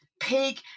pig